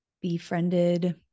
befriended